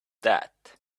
that